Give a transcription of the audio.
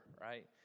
right